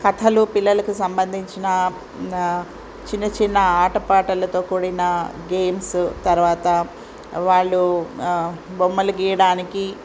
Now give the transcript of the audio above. కథలు పిల్లలకు సంబంధించిన చిన్న చిన్న ఆటపాటలతో కూడిన గేమ్స్ తర్వాత వాళ్ళు బొమ్మలు గీయడానికి